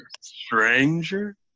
stranger